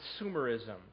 consumerism